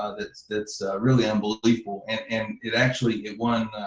ah that's that's really unbelievable, and it actually it won,